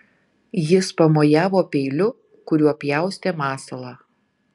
jis pamojavo peiliu kuriuo pjaustė masalą